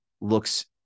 looks